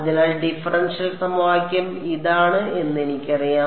അതിനാൽ ഡിഫറൻഷ്യൽ സമവാക്യം ഇതാണ് എന്ന് എനിക്കറിയാം